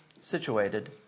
situated